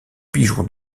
pigeons